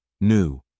New